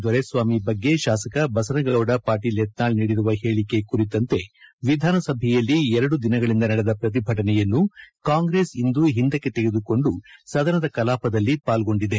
ದೊರೆಸ್ವಾಮಿ ಬಗ್ಗೆ ಶಾಸಕ ಬಸನಗೌಡ ಪಾಟೀಲ್ ಯತ್ನಾಳ್ ನೀಡಿರುವ ಹೇಳಿಕೆ ಕುರಿತಂತೆ ವಿಧಾನಸಭೆಯ ಎರಡು ದಿನಗಳಿಂದ ನಡೆದ ಪ್ರತಿಭಟನೆಯನ್ನು ಕಾಂಗ್ರೆಸ್ ಇಂದು ಹಿಂದಕ್ಕೆ ತೆಗೆದುಕೊಂಡು ಸದನದ ಕಲಾಪದಲ್ಲಿ ಪಾಲ್ಗೊಂಡಿದೆ